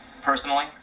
personally